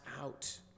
out